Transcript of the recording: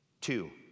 two